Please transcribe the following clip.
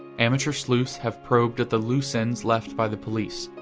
amateur sleuths have probed at the loose ends left by the police,